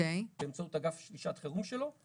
באמצעות אגף לשעת חירום שלו.